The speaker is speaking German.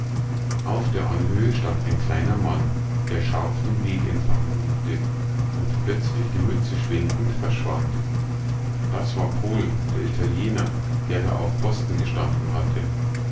auf der anhöhe stand ein kleiner mann der scharf den weg entlang lugte und plötzlich die mütze schwenkend verschwand das war pohl der italiener der da auf posten gestanden hatte